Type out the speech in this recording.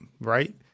right